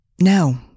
no